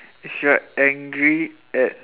if you're angry at